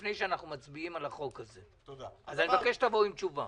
כשישבתם איתי -------- לא יודע איפה הם.